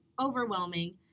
overwhelming